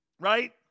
right